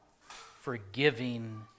forgiving